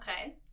Okay